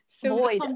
Void